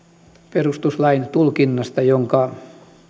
perustuslain tulkinnasta jonka